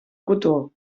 cotó